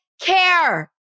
care